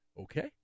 Okay